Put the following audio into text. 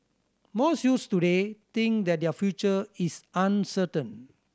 most youths today think that their future is uncertain